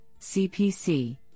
CPC